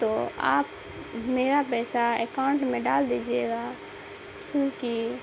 تو آپ میرا پیسہ اکاؤنٹ میں ڈال دیجیے گا کیونکہ